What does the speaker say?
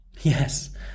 Yes